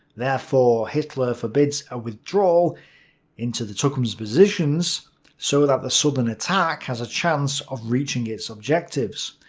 therefore hitler forbids a withdrawal into the tukums positions so that the southern attack has a chance of reaching its objectives.